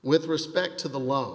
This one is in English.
with respect to the low